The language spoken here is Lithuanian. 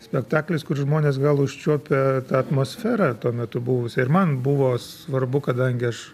spektaklis kur žmonės gal užčiuopia tą atmosferą tuo metu buvusią ir man buvo svarbu kadangi aš